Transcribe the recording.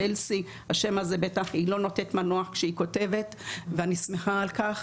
היא לא נותנת מנוח כשהיא כותבת ואני שמחה על כך